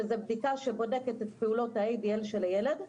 שזו בדיקה שבודקת את פעולות ה-ADL של הילד,